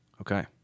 Okay